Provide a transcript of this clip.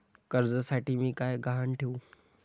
कर्जासाठी मी काय गहाण ठेवू?